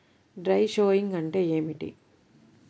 Dry sowing అంటే ఏమిటి?